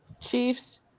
Chiefs